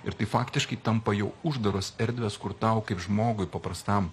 ir tai faktiškai tampa jau uždaros erdvės kur tau kaip žmogui paprastam